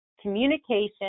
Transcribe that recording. communication